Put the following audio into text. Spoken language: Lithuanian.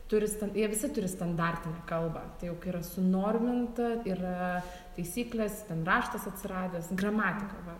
turi stan jie visi turi standartą ir kalbą tai juk yra sunorminta yra taisyklės ten raštas atsiradęs gramatika va